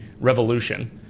revolution